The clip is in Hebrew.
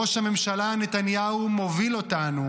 ראש הממשלה נתניהו מוביל אותנו,